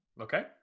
Okay